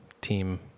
Team